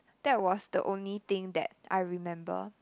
that was the only thing that I remember